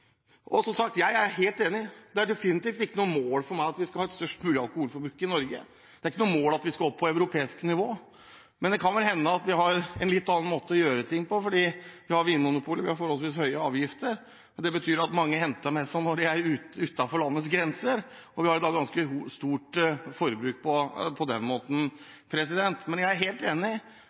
former. Som sagt: Jeg er helt enig. Det er definitivt ikke noe mål for meg at vi skal ha et størst mulig alkoholforbruk i Norge. Det er ikke noe mål at vi skal opp på europeisk nivå. Men det kan vel hende at vi har en litt annen måte å gjøre ting på fordi vi har Vinmonopolet og forholdsvis høye avgifter, og det betyr at mange henter med seg når de er utenfor landets grenser. Så vi har da et ganske stort forbruk på den måten. Men jeg er helt enig: